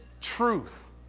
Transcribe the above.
truth